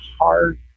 hard